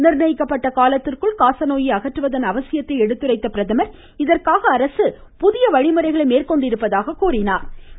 நிர்ணயிக்கப்பட்ட காலத்திற்குள் காசநோயை அகற்றுவதன் அவசியத்தை எடுத்துரைத்த பிரதமர் இதற்காக அரசு புதிய வழிமுறைகளை மேற்கொண்டிருப்பதாக குறிப்பிட்டா்